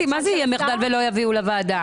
מה זה יהיה מחדל ולא יביאו לוועדה?